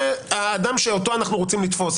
האדם שאתו אנו רוצים לתפוס.